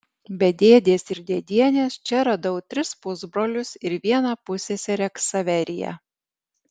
be dėdės ir dėdienės čia radau tris pusbrolius ir vieną pusseserę ksaveriją